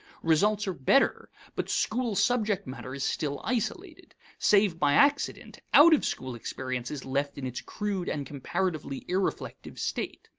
results are better, but school subject matter is still isolated. save by accident, out-of-school experience is left in its crude and comparatively irreflective state.